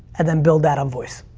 and then build that on voice.